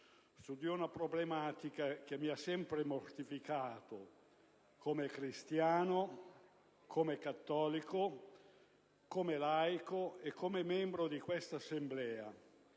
su di una problematica che mi ha sempre mortificato come cristiano, come cattolico, come laico e come membro di questa Assemblea.